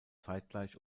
zeitgleich